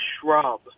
shrub